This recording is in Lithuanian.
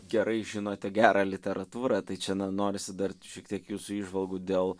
gerai žinote gerą literatūrą tai čia na norisi dar šiek tiek jūsų įžvalgų dėl